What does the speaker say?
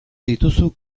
dituzu